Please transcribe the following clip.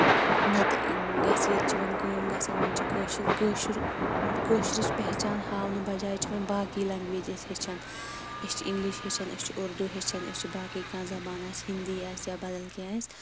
نہ تہٕ گژھِ ییٚتہِ چھِ وۄنۍ کٲم گژھان وۄنۍ چھِ کٲشِر کٲشُر کٲشرِچ پہچان ہاونہٕ بَجاے چھُ وۄنۍ باقٕے لینگویج أسۍ ہیٚچھان أسۍ چھِ اِنگلِش ہیٚچھان أسۍ چھِ اُردوٗ ہیٚچھان أسۍ چھِ باقٕے کانہہ زَبان آسہِ ہِندی آسہِ یا بدل کیٚنہہ آسہِ